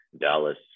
Dallas